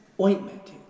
ointment